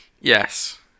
Yes